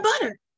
butter